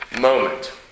moment